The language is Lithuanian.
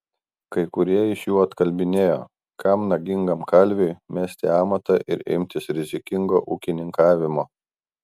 kai kurie iš jų atkalbinėjo kam nagingam kalviui mesti amatą ir imtis rizikingo ūkininkavimo